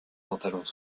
pantalons